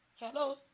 Hello